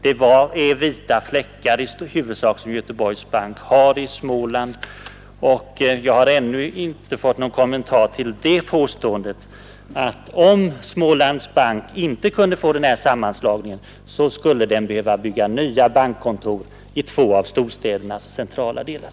Smålandsbankens etableringar representerade till övervägande delen ”vita fläckar” på kartan för Göteborgs bank. Jag har ännu inte fått någon kommentar till påståendet att om Smålands bank inte kunde få den här sammanslagningen till stånd så skulle den behöva bygga nya bankkontor i två av storstädernas centrala delar.